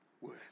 worth